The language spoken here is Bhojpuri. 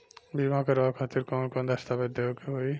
बीमा करवाए खातिर कौन कौन दस्तावेज़ देवे के होई?